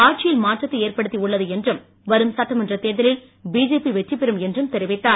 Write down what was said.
ஆட்சியில் மாற்றத்தை ஏற்படுத்தி உள்ளது என்றும் வரும் சட்டமன்றத் தேர்தலில் பிஜேபி வெற்றி பெரும் என்றும் தெரிவித்தார்